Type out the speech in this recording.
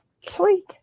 Sweet